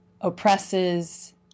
oppresses